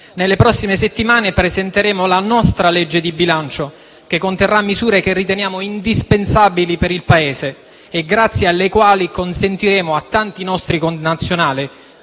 Nelle prossime settimane presenteremo la nostra legge di bilancio, che conterrà misure che riteniamo indispensabili per il Paese e grazie alle quali consentiremo a tanti nostri connazionali,